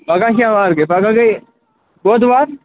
پگاہ کیٛاہ وار گٔے پگاہ گٔے بۅدوار